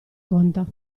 conta